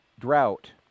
drought